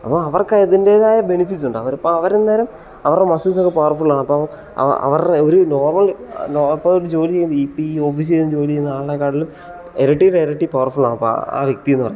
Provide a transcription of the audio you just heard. അപ്പോ അവർക്ക് അതിൻ്റെതായ ബെനഫിറ്റ്സ് ഉണ്ട് അപ്പം അവർ എല്ലാവരും അവരുടെ മസിൽസ് ഒക്കെ പവർഫുൾ ആണ് അപ്പോൾ അവരുടെ ഒരു നോർമൽ ഇപ്പോൾ ഒരു ജോലി ചെയ്ത് ജീവിക്കുന്ന ഇപ്പോൾ ഈ ഓഫീസിൽ ഇരുന്ന് ജോലി ചെയ്യുന്ന ആളെക്കാട്ടിലും ഇരട്ടിടെ ഇരട്ടി പവർഫുൾ ആണ് ആ വ്യക്തിന്ന് പറയുന്നത്